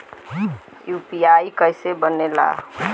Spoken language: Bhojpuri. यू.पी.आई कईसे बनेला?